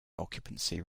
occupancy